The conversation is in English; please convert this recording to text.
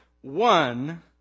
one